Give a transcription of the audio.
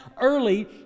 early